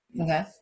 Okay